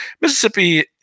Mississippi